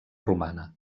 romana